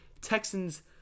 Texans